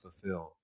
fulfilled